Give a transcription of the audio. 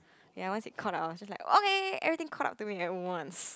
ya once it caught up I was just like okay everything caught up to me at once